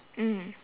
mm